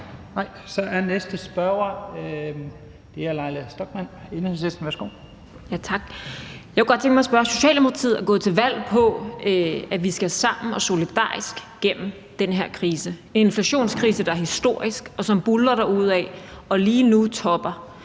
Nej. Så er næste spørger fru Leila Stockmarr, Enhedslisten. Værsgo. Kl. 14:07 Leila Stockmarr (EL): Tak. Socialdemokratiet er gået til valg på, at vi skal sammen og solidarisk igennem den her krise – en inflationskrise, der er historisk, og som buldrer derudad og lige nu topper.